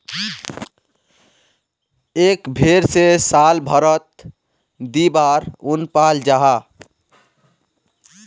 एक भेर से साल भारोत दी बार उन पाल जाहा